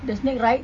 the snake ride